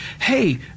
hey –